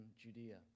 Judea